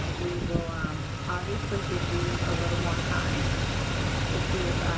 we will um obviously give you a little more time to see if